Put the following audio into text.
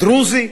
דרוזי,